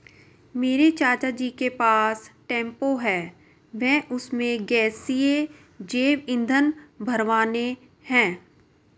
मेरे चाचा जी के पास टेंपो है वह उसमें गैसीय जैव ईंधन भरवाने हैं